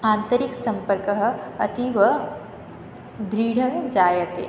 आन्तरिकसम्पर्कः अतीव दृढः जायते